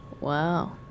Wow